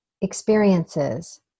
experiences